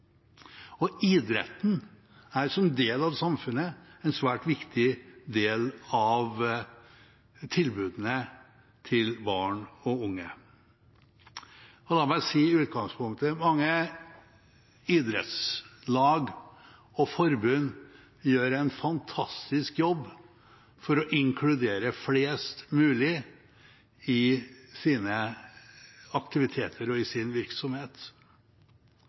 Og idretten er som del av samfunnet en svært viktig del av tilbudene til barn og unge. La meg si i utgangspunktet at mange idrettslag og -forbund gjør en fantastisk jobb for å inkludere flest mulig i sine aktiviteter og i sin virksomhet.